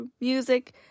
music